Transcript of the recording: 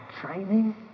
training